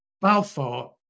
Balfour